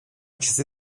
چیزه